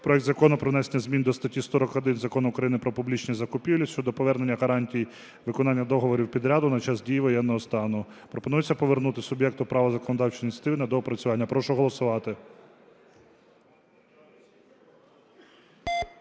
проект Закону про внесення змін до статті 41 Закону України "Про публічні закупівлі" щодо повернення гарантій виконання договорів підряду на час дії воєнного стану. Пропонується повернути суб'єкту права законодавчої ініціативи на доопрацювання. Прошу голосувати.